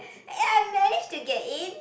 and I managed to get in